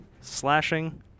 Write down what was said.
slashing